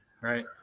right